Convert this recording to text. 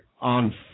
on